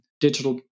digital